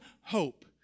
hope